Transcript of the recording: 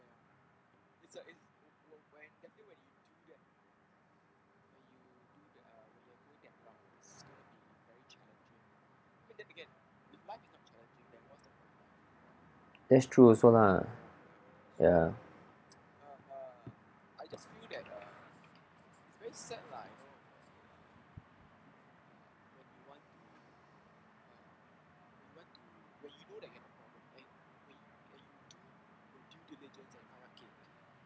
that's true also lah ya